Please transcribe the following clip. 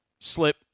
slip